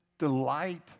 Delight